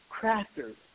Crafters